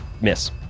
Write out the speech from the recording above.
Miss